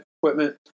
equipment